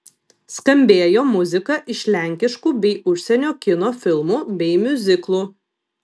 skambėjo muzika iš lenkiškų bei užsienio kino filmų bei miuziklų